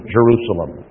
Jerusalem